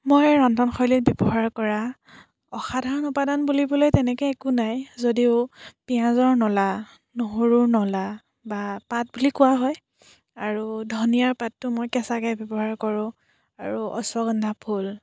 মই ৰন্ধনশৈলীত ব্যৱহাৰ কৰা অসাধাৰণ উপাদান বুলিবলৈ তেনেকৈ একো নাই যদিও পিয়াঁজৰ নলা নহৰুৰ নলা বা পাত বুলি কোৱা হয় আৰু ধনিয়াৰ পাতটো মই কেঁচাকৈ ব্যৱহাৰ কৰোঁ আৰু অশ্বগন্ধা ফুল